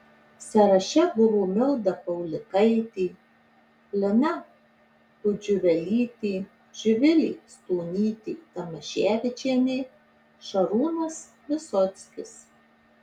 sąraše buvo milda paulikaitė lina pudžiuvelytė živilė stonytė tamaševičienė šarūnas visockis